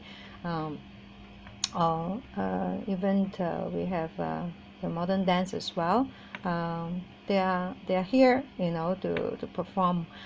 um or uh even the we have a modern dance as well um they are they are here you know to to perform